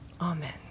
Amen